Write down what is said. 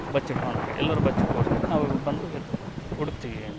ಬಚ್ಚಿಟ್ಕೋಳೊ ಆಟ ಎಲ್ಲರು ಬಚ್ಚಿಕೋರೆ ನಾವು ಬಂದು ಇದು ಹುಡ್ಕ್ತೀವಿ